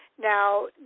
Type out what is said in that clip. Now